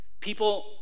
People